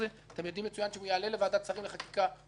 אתם יודעים מצוין שהוא יעלה לוועדת שרים לחקיקה יש